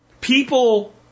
People